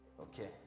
Okay